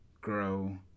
grow